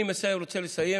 אני רוצה לסיים